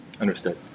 Understood